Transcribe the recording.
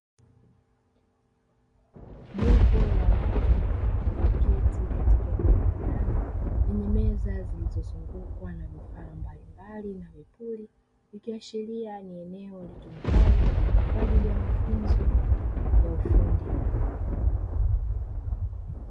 Jopo la watu walioketi katika eneo la ndani lenye meza zilizozungukwa na vifaa mbalimbali, na vipuri ikiashiria ni eneo litumikalo kwa ajili ya mafunzo ya ufundi.